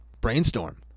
Brainstorm